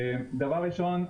דבר ראשון,